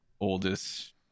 oldest